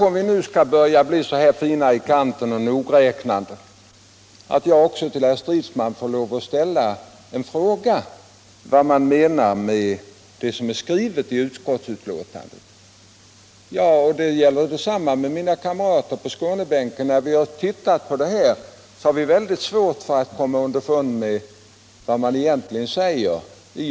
Om vi nu skall vara så nogräknade och fina i kanten, så kanske jag får fråga herr Stridsman vad utskottet menar med utskottets skrivning i övrigt. Också mina kamrater på Skånebänken skulle vilja veta det. När vi har läst utlåtandet har vi haft svårt att komma underfund med vad utskottet egentligen menar.